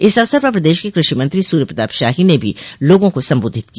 इस अवसर पर प्रदेश के कृषि मंत्री सूर्यप्रताप शाही ने भी लोगों को संबोधित किया